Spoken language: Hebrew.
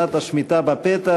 שנת השמיטה בפתח.